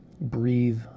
breathe